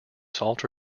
salt